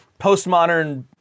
postmodern